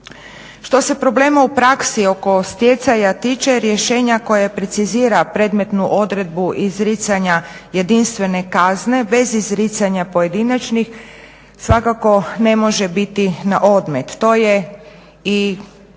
Što se problema u praksi oko stjecaja tiče, rješenje koje precizira predmetnu odredbu izricanja jedinstvene kazne bez izricanja pojedinačnih svakako ne može biti na odmet. To je i